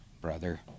brother